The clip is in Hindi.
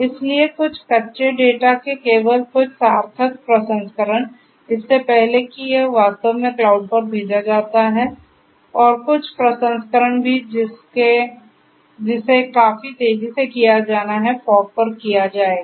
इसलिए कुछ कच्चे डेटा के केवल कुछ सार्थक प्रसंस्करण इससे पहले कि यह वास्तव में क्लाउड पर भेजा जाता है और कुछ प्रसंस्करण भी जिसे काफी तेजी से किया जाना है फॉग पर किया जाएगा